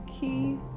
key